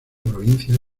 provincia